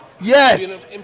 Yes